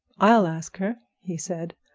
i'll ask her, he said.